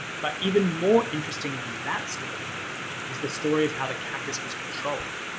but even more interesting than that story is the story of how the cactus was controlled.